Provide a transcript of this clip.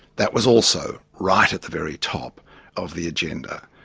that was also right at the very top of the agenda.